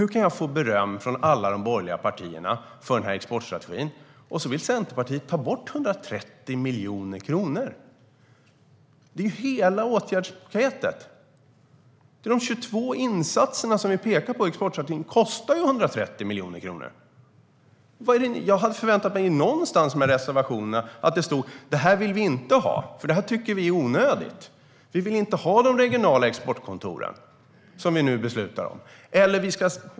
Hur kan jag få beröm från alla de borgerliga partierna för den här exportstrategin, och så vill Centerpartiet ta bort 130 miljoner kronor? Det är ju hela åtgärdspaketet. De 22 insatserna som vi pekar på i exportstrategin kostar ju 130 miljoner kronor. Jag hade förväntat mig att det stod någonstans i reservationerna att ni inte vill ha det här, för det är onödigt. Jag hade förväntat mig att ni skulle säga att ni inte vill ha de regionala exportkontoren, som vi nu beslutar om här.